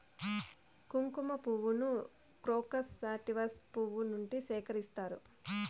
కుంకుమ పువ్వును crocus sativus పువ్వు నుండి సేకరిస్తారు